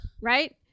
Right